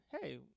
hey